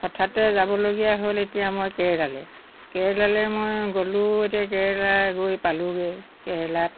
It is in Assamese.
হঠাতে যাবলগীয়া হ'ল এতিয়া মই কেৰেলালৈ কেৰেলালৈ মই গ'লোঁ এতিয়া কেৰেলা গৈ পালোঁগৈ কেৰেলাত